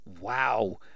wow